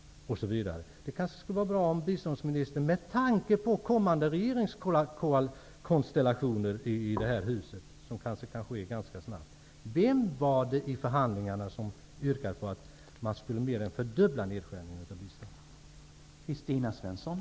Det kanske skulle vara bra om biståndsministern, med tanke på kommande regeringskonstellationer i det här huset, talade om vem det var som i förhandlingarna yrkade på att man skulle mer än fördubbla nedskärningarna av biståndet.